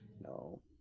no